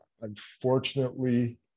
Unfortunately